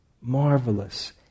Marvelous